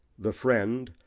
the friend,